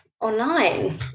online